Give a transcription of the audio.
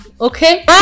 okay